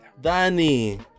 Danny